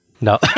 No